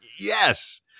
yes